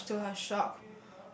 what's to her shock